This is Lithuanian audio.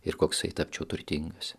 ir koksai tapčiau turtingas